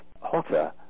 hotter